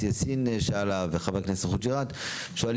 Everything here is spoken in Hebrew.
יאסין שאלה וחבר הכנסת חוג'יראת שאל,